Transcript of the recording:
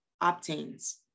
obtains